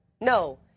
no